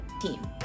team